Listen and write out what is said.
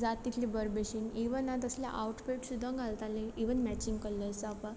जाता तितलें बरें बशेन इवन हांव तसलें आवटफीट सुद्दां हांव घालतालें इवन मॅचींग कलर्स जावपा